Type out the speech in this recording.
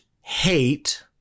hate